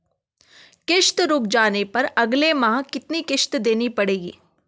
किश्त रुक जाने पर अगले माह कितनी किश्त देनी पड़ेगी?